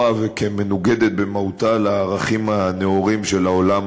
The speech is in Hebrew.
וכמנוגדת במהותה לערכים הנאורים של העולם